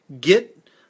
get